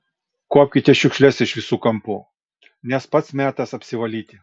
kuopkite šiukšles iš visų kampų nes pats metas apsivalyti